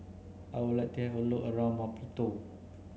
I would like to have a look around Maputo